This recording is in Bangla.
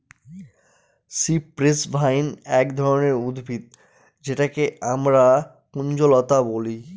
সিপ্রেস ভাইন এক ধরনের উদ্ভিদ যেটাকে আমরা কুঞ্জলতা বলি